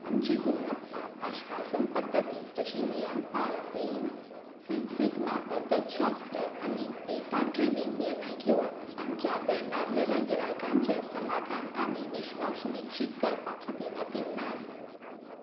आमची गुणवत्ता आश्वासन पद्दती जशी नियम पाळप लीन सीक सिग्मा पद्दतशास्त्र आनी डेटा ड्रिव्हीन निर्णय घेवप आमच्या ब्रेंडावलेल्या गिरायकांचें समाधान आनी विश्वास निश्चीत करपाखातीर अभिन्न आसा